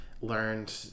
learned